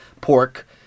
pork